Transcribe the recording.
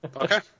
Okay